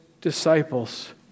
disciples